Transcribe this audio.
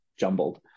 Jumbled